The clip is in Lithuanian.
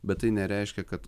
bet tai nereiškia kad